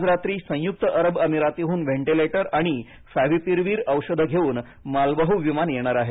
आज रात्री संयुक्त अरब अमिरातीहून व्हेंटिलेटर आणि फॅव्हिपीरवीर औषधे घेऊन मालवाहू विमान येणार आहे